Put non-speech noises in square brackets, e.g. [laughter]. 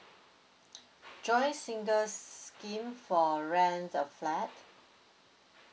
[noise] joint singles scheme for rent a flat